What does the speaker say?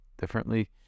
differently